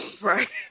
Right